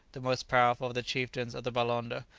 the most powerful of the chieftains of the balonda,